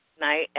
night